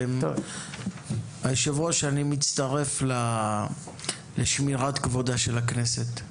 יושב הראש, אני מצטרף לשמירת כבודה של הכנסת.